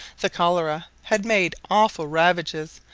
the cholera had made awful ravages,